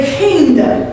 kingdom